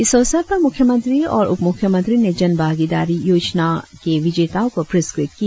इस अवसर पर मुख्यमंत्री और उप मुख्यमंत्री ने जन भागीदारी योजना के विजेयताओं को पुरस्कृत किया